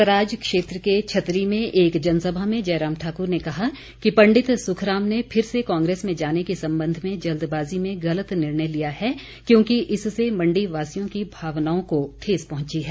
सराज क्षेत्र के छतरी में एक जनसभा में जयराम ठाकुर ने कहा कि पंडित सुखराम ने फिर से कांग्रेस में जाने के संबंध में जल्दबाज़ी में गलत निर्णय लिया है क्योंकि इससे मण्डी वासियों की भावनाओं को ठेस पहुंची है